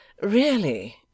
Really